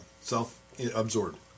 Self-absorbed